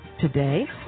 today